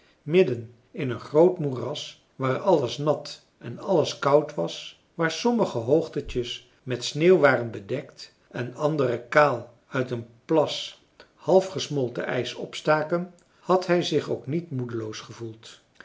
midden in een groot moeras waar alles nat en alles koud was waar sommige hoogtetjes met sneeuw waren bedekt en andere kaal uit een plas half gesmolten ijs opstaken had hij zich ook niet moedeloos gevoeld